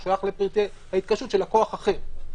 הוא שלח לפרטי התקשרות של לקוח אחר,